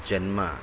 జన్మ